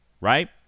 right